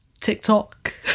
TikTok